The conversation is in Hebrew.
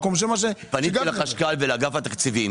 75%. פניתי לחשכ"ל ולאגף התקציבים,